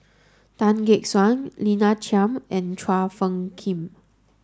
Tan Gek Suan Lina Chiam and Chua Phung Kim